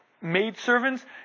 maidservants